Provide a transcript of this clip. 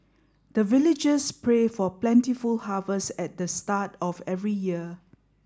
the villagers pray for plentiful harvest at the start of every year